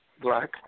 black